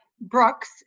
Brooks